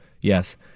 yes